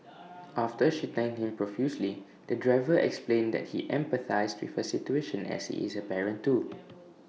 after she thanked him profusely the driver explained that he empathised with her situation as he is A parent too